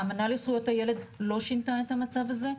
האמנה לזכויות הילד לא שינתה את המצב הזה,